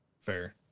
Fair